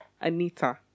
Anita